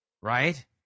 Right